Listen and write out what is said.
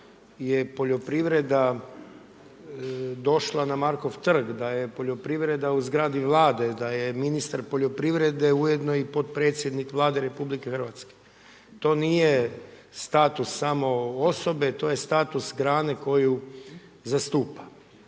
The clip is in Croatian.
da je poljoprivreda, došla na Markov trg, da je poljoprivreda u zgradi vladi, da je ministar poljoprivrede ujedno i potpredsjednik Vlade RH, to nije status samo osobe, to je status grane koju zastupa.